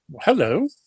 hello